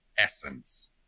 essence